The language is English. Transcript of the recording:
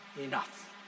enough